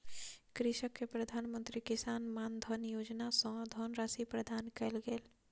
कृषक के प्रधान मंत्री किसान मानधन योजना सॅ धनराशि प्रदान कयल गेल